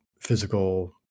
physical